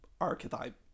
archetype